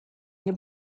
nie